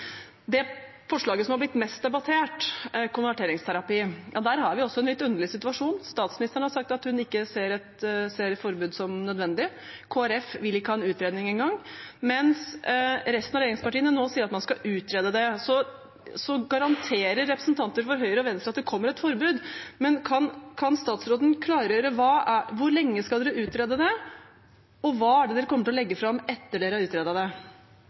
Det forslaget som har blitt mest debattert, er forslaget om konverteringsterapi. Der er vi i en litt underlig situasjon: Statsministeren har sagt at hun ikke ser et forbud som nødvendig, Kristelig Folkeparti vil ikke engang ha en utredning, mens resten av regjeringspartiene nå sier at man skal utrede det. Så garanterer representanter for Høyre og Venstre at det kommer et forbud, men kan statsråden klargjøre hvor lenge man skal utrede det, og hva man kommer til å legge fram etter at man har utredet det?